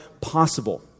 possible